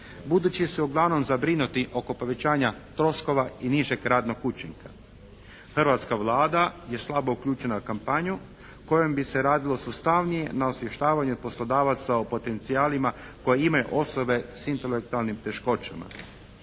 budući su uglavnom zabrinuti oko povećanja troškova i nižeg radnog učinka. Hrvatska Vlada je slabo uključena u kampanju kojom bi se radilo sustavnije na osvještavanju poslodavaca o potencijalima koje imaju osobe s intelektualnim teškoćama.